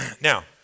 Now